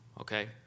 okay